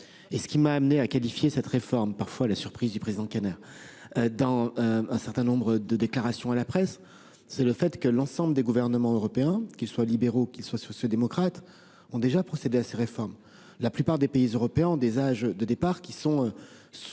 Ce qui m'a amené à qualifier ainsi cette réforme, parfois à la surprise du président Kanner, dans un certain nombre de déclarations à la presse, c'est le fait que l'ensemble des gouvernements européens, qu'ils soient libéraux ou sociaux-démocrates, ont déjà procédé à ces réformes. La plupart des pays européens ont des âges de départ qui sont